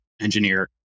engineer